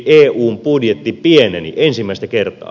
eun budjetti pieneni ensimmäistä kertaa